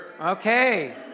Okay